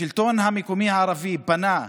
השלטון המקומי הערבי פנה,